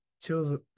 till